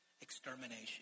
Extermination